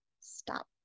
stop